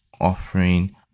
offering